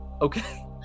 Okay